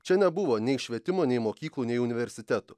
čia nebuvo nei švietimo nei mokyklų nei universitetų